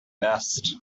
best